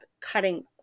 cutting